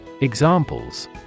Examples